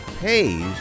pays